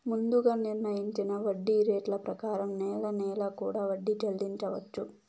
ముందుగా నిర్ణయించిన వడ్డీ రేట్ల ప్రకారం నెల నెలా కూడా వడ్డీ చెల్లించవచ్చు